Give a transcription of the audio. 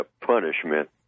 punishment